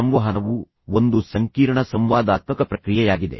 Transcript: ಸಂವಹನವು ಒಂದು ಸಂಕೀರ್ಣ ಸಂವಾದಾತ್ಮಕ ಪ್ರಕ್ರಿಯೆಯಾಗಿದೆ